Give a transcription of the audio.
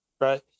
right